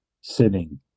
sitting